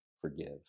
forgive